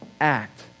act